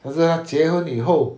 可是啊结婚以后